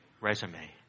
resume